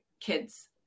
kids